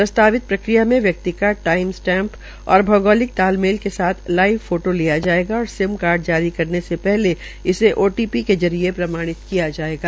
प्रस्तावित प्रक्रिया में व्यकित का टाईम स्टैम और भौगोलिक तालमेल के साथ लीइव फोटों लिया जायेगा और सिम कार्ड जारी करने से पहले इसे ओटीपी के जरिये प्रमाणित किया जायेगा